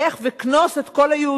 לך וכנוס את כל היהודים.